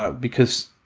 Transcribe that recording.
ah because,